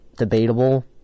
debatable